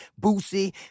Boosie